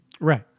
Right